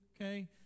Okay